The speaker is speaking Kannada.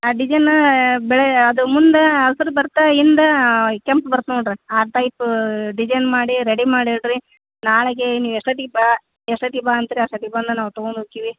ಆ ಡಿಜೈನ್ ಬೆಳ ಅದು ಮುಂದೆ ಹಸಿರು ಬರ್ತಾ ಹಿಂದೆ ಕೆಂಪು ಬರ್ತಾ ನೊಡಿರಿ ಆ ಟೈಪ್ ಡಿಜೈನ್ ಮಾಡಿ ರೆಡಿ ಮಾಡಿಡಿ ನಾಳೆಗೆ ನಿ ಎಷ್ಟೊತ್ತಿಗೆ ಬಾ ಎಷ್ಟೊತ್ತಿಗೆ ಬಾ ಅಂತೀರಿ ಆಷ್ಟೊತ್ತಿಗೆ ಬಂದು ನಾವು ತಗೊಂಡು ಹೋಗ್ತೀವಿ